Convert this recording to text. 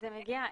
זה מגיע,